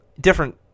Different